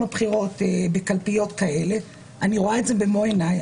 הבחירות בקלפיות כאלה אני רואה את זה במו עיניי.